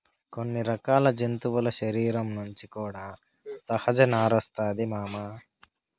కొన్ని రకాల జంతువుల శరీరం నుంచి కూడా సహజ నారొస్తాది మామ